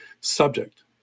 subject